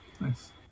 Nice